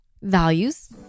Values